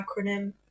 acronym